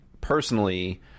personally